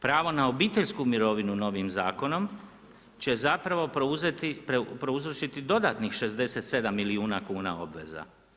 Pravo na obiteljsku mirovinu novim zakonom će zapravo prouzročiti dodatnih 67 milijuna kuna obveza.